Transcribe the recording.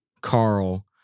Carl